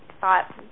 thought